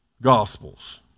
Gospels